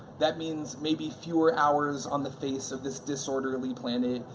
that means maybe fewer hours on the face of this disorderly planet,